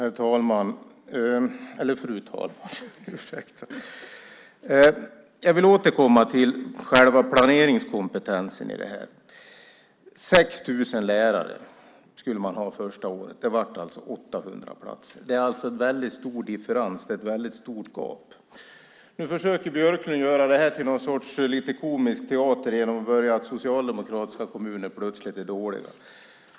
Fru talman! Jag vill återkomma till själva planeringskompetensen i fråga om detta. 6 000 lärare skulle man ha det första året. Det blev alltså 800 platser. Det är alltså en väldigt stor differens här, ett väldigt stort gap. Nu försöker Jan Björklund göra detta till någon sorts lite komisk teater genom att säga att socialdemokratiska kommuner plötsligt är dåliga.